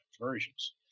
versions